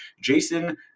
Jason